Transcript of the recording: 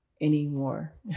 anymore